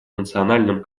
национальном